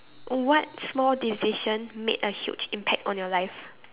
what small decision made a huge impact on your life